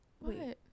wait